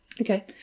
Okay